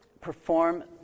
perform